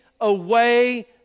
away